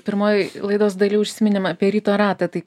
pirmoj laidos daly užsiminėm apie ryto ratą tai